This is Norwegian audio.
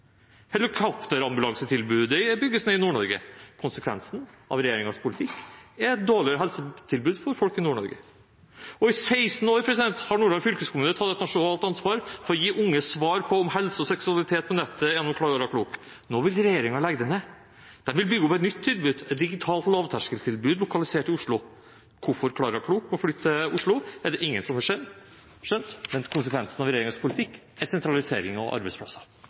Helikopterambulansetilbudet bygges ned i Nord-Norge. Konsekvensen av regjeringens politikk er et dårligere helsetilbud for folk i Nord-Norge. I 16 år har Nordland fylkeskommune tatt et nasjonalt ansvar for å gi unge svar om helse og seksualitet på nettet, gjennom Klara Klok. Nå vil regjeringen legge det ned. De vil bygge opp et nytt tilbud, et digitalt lavterskeltilbud, lokalisert i Oslo. Hvorfor Klara Klok må flytte til Oslo, er det ingen som har skjønt, men konsekvensen av regjeringens politikk er sentralisering av arbeidsplasser.